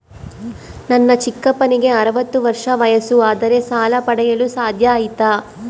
ನನ್ನ ಚಿಕ್ಕಪ್ಪನಿಗೆ ಅರವತ್ತು ವರ್ಷ ವಯಸ್ಸು ಆದರೆ ಸಾಲ ಪಡೆಯಲು ಸಾಧ್ಯ ಐತಾ?